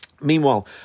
Meanwhile